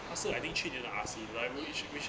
他是 I think 去你的 R_C but like know which